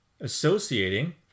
associating